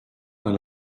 dans